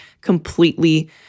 completely